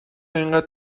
اینقدر